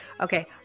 Okay